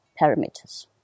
parameters